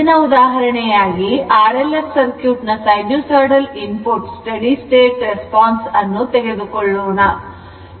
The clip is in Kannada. ಮುಂದಿನ ಉದಾಹರಣೆಯಾಗಿ R L C ಸರ್ಕ್ಯೂಟ್ ನ sinusoidal input steady state response ಅನ್ನು ತೆಗೆದುಕೊಳ್ಳೋಣ